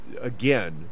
again